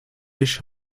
ich